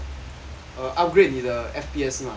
err upgrade 你的 F_P_S 是吗